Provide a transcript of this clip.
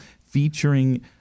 featuring